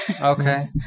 Okay